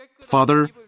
Father